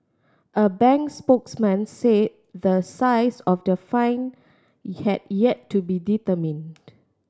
a bank spokesman say the size of the fine yet to be determined